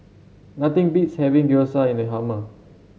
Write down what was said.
nothing beats having Gyoza in the hummer